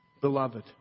Beloved